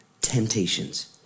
temptations